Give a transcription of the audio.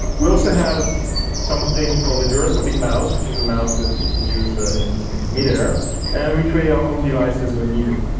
we also have some thing called the gyroscopic mouse which is a mouse that you can use ah in mid-air and we create our own devices when needed.